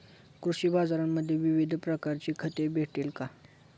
कृषी बाजारांमध्ये विविध प्रकारची खते भेटेल का?